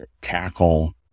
tackle